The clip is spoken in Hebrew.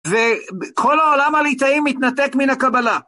וכל העולם הליטאי מתנתק מן הקבלה.